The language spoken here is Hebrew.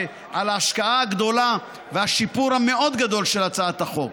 על ההשקעה הגדולה והשיפור המאוד-גדול של הצעת החוק,